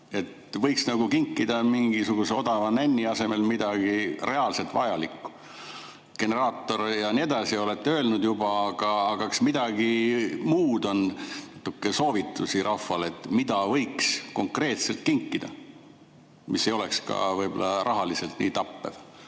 Võiks nagu kinkida mingisuguse odava nänni asemel midagi reaalselt vajalikku, generaator ja nii edasi. Seda te olete öelnud juba, aga kas on midagi muud. Kas on natuke soovitusi rahvale, mida võiks konkreetselt kinkida, mis ei oleks ka võib-olla rahaliselt nii tappev